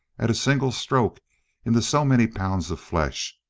at a single stroke into so many pounds of flesh,